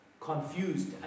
Confused